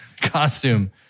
costume